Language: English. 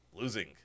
losing